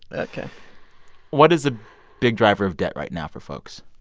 ok what is a big driver of debt right now for folks?